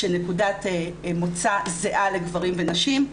של נקודת מוצא זהה לגברים ונשים.